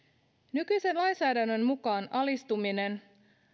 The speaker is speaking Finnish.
nykyisen lainsäädännön mukaan alistuminen